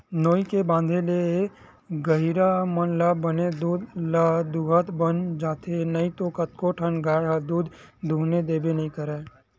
नोई के बांधे ले गहिरा मन ल बने दूद ल दूहूत बन जाथे नइते कतको ठन गाय ह दूद दूहने देबे नइ करय